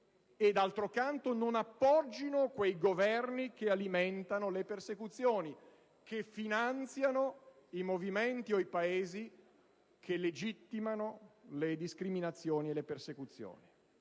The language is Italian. e, d'altro canto, non appoggino quei Governi che alimentano le persecuzioni, che finanziano i movimenti o i Paesi che legittimano le discriminazioni e le persecuzioni.